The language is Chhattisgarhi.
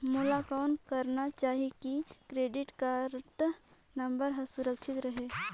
मोला कौन करना चाही की क्रेडिट कारड नम्बर हर सुरक्षित रहे?